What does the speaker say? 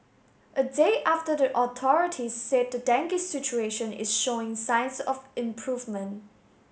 a day after the authorities said the dengue situation is showing signs of improvement